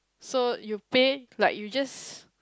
so you pay like you just